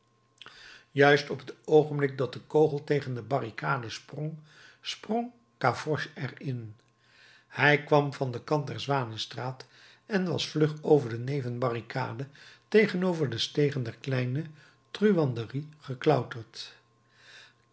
juist op het oogenblik dat de kogel tegen de barricade sprong sprong gavroche er in hij kwam van den kant der zwanenstraat en was vlug over de nevenbarricade tegenover de stegen der kleine truanderie geklauterd